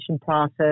process